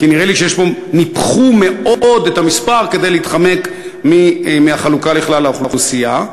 כי נראה לי שניפחו מאוד את המספר כדי להתחמק מהחלוקה לכלל האוכלוסייה.